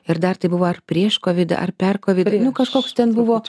ir dar tai buvo ar prieš kovidą ar per kovidą nu kažkoks ten buvo